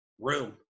room